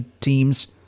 teams